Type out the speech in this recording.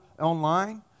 online